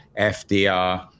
FDR